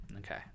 Okay